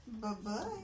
Bye-bye